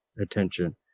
attention